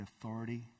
authority